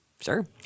sure